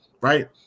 right